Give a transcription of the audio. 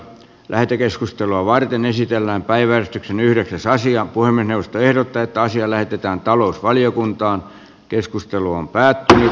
lähetekeskustelua varten esitellään päivän yhdessä saisi apua minusta ehdot täyttä asiaa lähdetään talousvaliokunta keskustelu on päättynyt